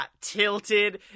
tilted